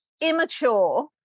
immature